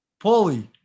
Paulie